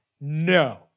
No